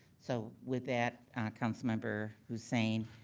so with that councilmember hussain.